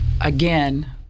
again